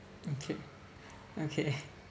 okay okay